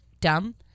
dumb